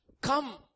come